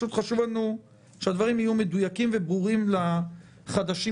פשוט חשוב לנו שהדברים יהיו מדויקים וברורים לחדשים